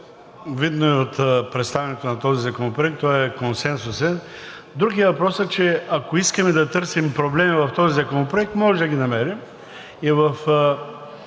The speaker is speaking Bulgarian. видно и от представянето на този законопроект, той е консенсусен. Друг е въпросът, че ако искаме да търсим проблеми в този законопроект, може да ги намерим и в